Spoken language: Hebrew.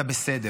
אתה בסדר.